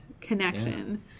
connection